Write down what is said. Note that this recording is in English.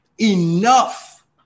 enough